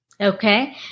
Okay